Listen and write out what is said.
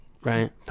right